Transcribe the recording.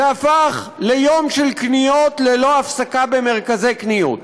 זה הפך ליום של קניות ללא הפסקה במרכזי קניות,